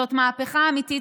זאת מהפכה אמיתית,